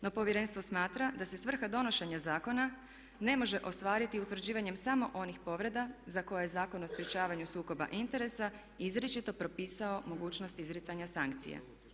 No, Povjerenstvo smatra da se svrha donošenja zakona ne može ostvariti utvrđivanjem samo onih povreda za koje je Zakon o sprječavanju sukoba interesa izričito propisao mogućnosti izricanja sankcija.